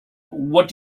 what